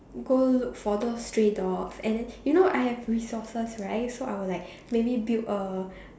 go look for those stray dogs and then you know I have resources right so I will like maybe build a